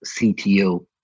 CTO